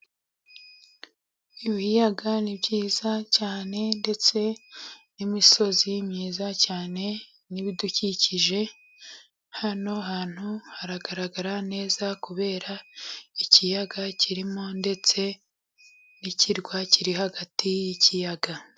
Ibiyaga ni byiza cyane ndetse n'imisozi myiza cyane n'ibidukikije. Hano hantu haragaragara neza kubera ikiyaga kirimo, ndetse n'ikirwa kiri hagati y'ikiyaga.